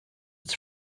its